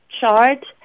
chart